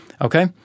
Okay